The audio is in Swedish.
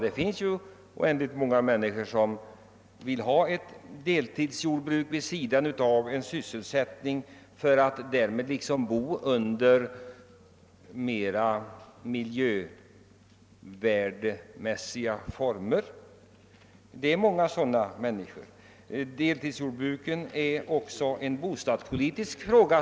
Det finns oändligt många människor som vill ha ett deltidsjordbruk vid sidan av annan sysselsättning för att därmed kunna bo under mer miljövänliga förhållanden. Deltidsjordbruken är också som jag tidigare sagt en bostadspolitisk fråga.